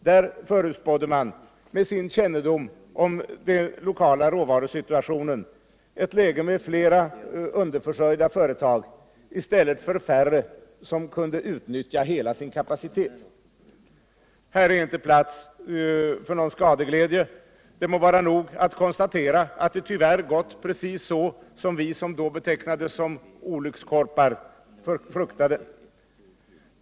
De förutspådde, med sin kännedom om den lokala råvarusituationen, ett läge med fler underförörjda företag i stället för färre som kunde utnyttja hela sin kapacitet. Här är inte plats för någon skadeglädje. Det må vara nog att konstatera att det tyvärr gått precis så som vi, som då betecknades som olyckskorpar, fruktade.